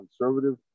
conservative